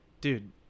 dude